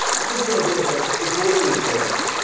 that was the idea of saying it's disorderly programming.